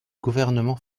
gouvernement